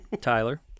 Tyler